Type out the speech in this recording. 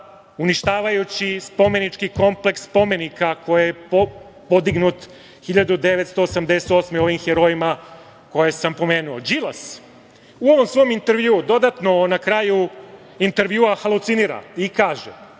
uništavajući spomenički kompleks spomenika koji je podignut 1988. godine ovim herojima koje sam pomenuo. Đilas u ovom svom intervjuu dodatno na kraju intervjua halucinira i kaže,